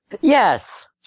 Yes